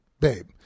babe